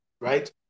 right